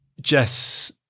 Jess